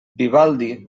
vivaldi